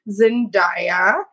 Zendaya